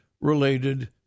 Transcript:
related